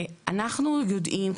אנחנו יודעים,